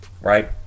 right